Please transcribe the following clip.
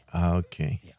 Okay